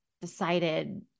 decided